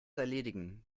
erledigen